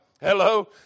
Hello